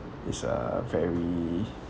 it's a very